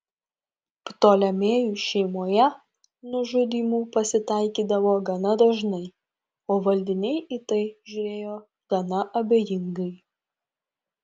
ptolemėjų šeimoje nužudymų pasitaikydavo gana dažnai o valdiniai į tai žiūrėjo gana abejingai